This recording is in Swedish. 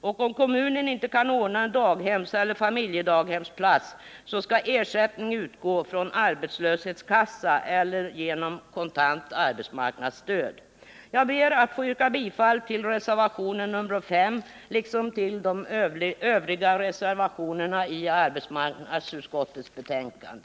Om kommunen inte kan ordna en daghemseller familjedaghemsplats, skall ersättning utgå från arbetslöshetskassan eller genom kontant arbetsmarknadsstöd. Jag ber att få yrka bifall till reservation nr 5 liksom till de övriga reservationerna vid arbetsmarknadsutskottets betänkande.